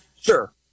Sure